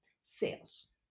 sales